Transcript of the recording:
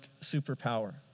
superpower